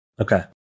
Okay